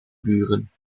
buren